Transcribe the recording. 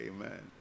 Amen